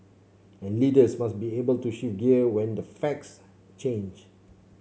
and leaders must be able to shift gear when the facts change